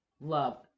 love